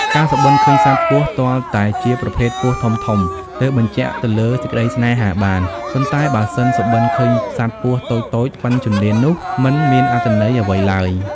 ការសុបិនឃើញសត្វពស់ទាល់តែជាប្រភេទពស់ធំៗ ទើបបញ្ជាក់ទៅលើ សេចក្តីសេ្នហាបាន ប៉ុន្តែបើសិនសុបិនឃើញសត្វពស់តូចៗប៉ុនជន្លេននោះ មិន មានអត្ថន័យអ្វីឡើយ។